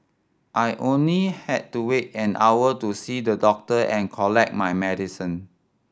I only had to wait an hour to see the doctor and collect my medicine